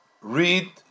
read